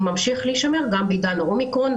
ממשיך להישמר גם בעידן האומיקרון.